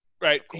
Right